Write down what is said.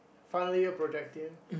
final year project team